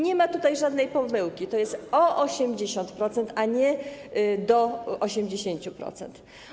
Nie ma tutaj żadnej pomyłki: o 80%, a nie do 80%.